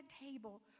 table